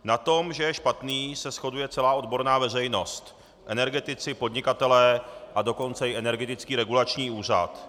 Na tom, že je špatný, se shoduje celá odborná veřejnost energetici, podnikatelé, a dokonce i Energetický regulační úřad.